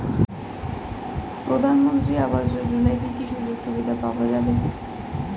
প্রধানমন্ত্রী আবাস যোজনা কি কি সুযোগ সুবিধা পাওয়া যাবে?